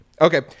Okay